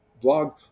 blog